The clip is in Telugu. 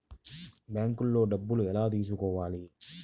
బ్యాంక్లో డబ్బులు ఎలా తీసుకోవాలి?